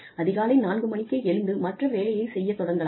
அதிகாலை 4 மணிக்கே எழுந்து மற்ற வேலைகளைச் செய்யத் தொடங்கலாம்